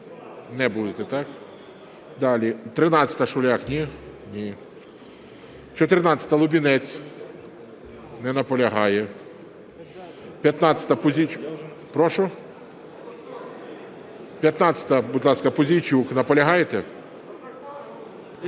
Не будете, так? Далі. 13-а, Шуляк. Ні? Ні. 14-а, Лубінець. Не наполягає. 15-а, Пузійчук. Прошу. 15-а, будь ласка, Пузійчук. Наполягаєте? Не